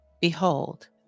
Behold